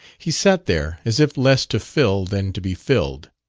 he sat there as if less to fill than to be filled.